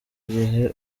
gihe